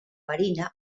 marina